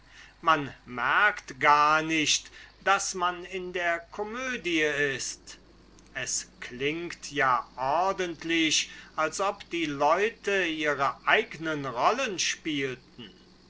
man merkt gar nicht daß man in der komödie ist es klingt ja ordentlich als ob die leute ihre eigne rollen spielten